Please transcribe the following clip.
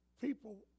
people